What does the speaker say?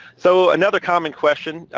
so, another common question,